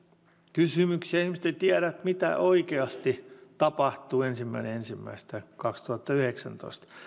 kysymyksiä ihmiset eivät tiedä mitä oikeasti tapahtuu ensimmäinen ensimmäistä kaksituhattayhdeksäntoista